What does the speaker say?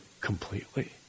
completely